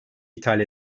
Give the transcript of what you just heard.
ithal